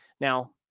Now